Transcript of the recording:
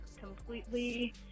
Completely